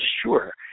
sure